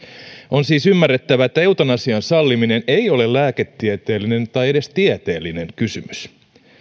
on siis ymmärrettävä että eutanasian salliminen ei ole lääketieteellinen tai edes tieteellinen kysymys